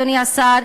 אדוני השר,